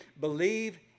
believe